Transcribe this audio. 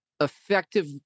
effective